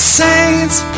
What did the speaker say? saints